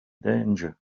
danger